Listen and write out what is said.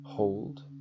Hold